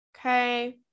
Okay